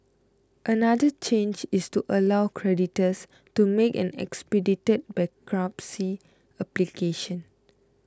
another change is to allow creditors to make an expedited bankruptcy application